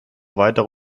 weitere